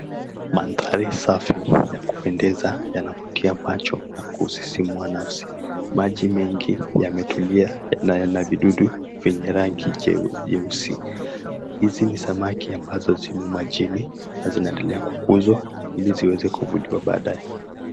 Mandhari safi ya kupendeza yanavutia macho na kusisimua nafsi. Maji mengi yametulia na yana vidudu yenye rangi jeusi. Hizi ni samaki ambazo zimo majini na zinaendelea kukuzwa ili ziweze kuvuliwa baadae.